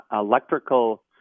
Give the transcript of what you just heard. electrical